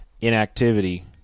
inactivity